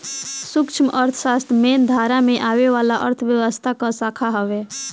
सूक्ष्म अर्थशास्त्र मेन धारा में आवे वाला अर्थव्यवस्था कअ शाखा हवे